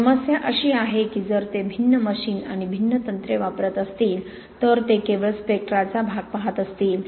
समस्या अशी आहे की जर ते भिन्न मशीन आणि भिन्न तंत्रे वापरत असतील तर ते केवळ स्पेक्ट्राचा भाग पाहत असतील